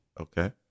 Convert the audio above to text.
Okay